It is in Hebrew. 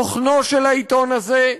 תוכנו של העיתון הזה,